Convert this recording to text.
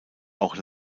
auch